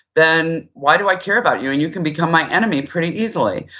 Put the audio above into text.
then why do i care about you and you can become my enemy pretty easily.